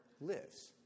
lives